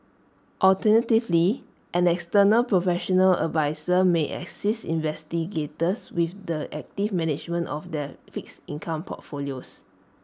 alternatively an external professional adviser may assist investigators with the active management of their fixed income portfolios